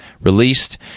released